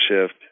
shift